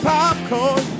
popcorn